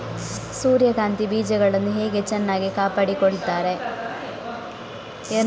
ಸೂರ್ಯಕಾಂತಿ ಬೀಜಗಳನ್ನು ಹೇಗೆ ಚೆನ್ನಾಗಿ ಕಾಪಾಡಿಕೊಳ್ತಾರೆ?